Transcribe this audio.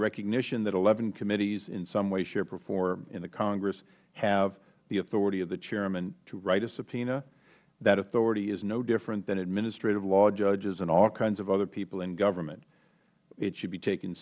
recognition that eleven committees in some way shape or form in the congress have the authority of the chairman to write a subpoena that authority is no different than administrative law judges and all kinds of other people in government it should be taken